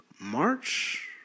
March